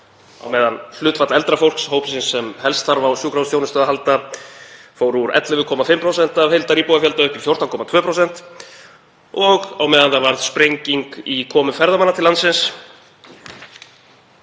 á meðan hlutfall eldra fólks, hópsins, sem helst þarf á sjúkrahúsþjónustu að halda, fór úr 11,5% af heildaríbúafjölda upp í 14,2%, og á meðan varð sprenging í komu ferðamanna til landsins,